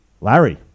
Larry